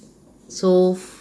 so